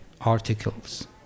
articles